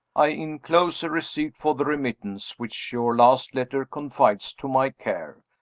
i inclose a receipt for the remittance which your last letter confides to my care.